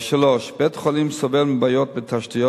3. בית-החולים סובל מבעיות בתשתיות,